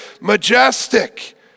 majestic